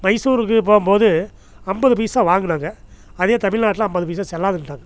மைசூருக்கு போகும் போது ஐம்பது பைசா வாங்குனாங்க அதே தமிழ்நாட்டில் ஐம்பது பைசா செல்லாதுன்னுட்டாங்க